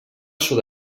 sud